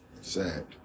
Sad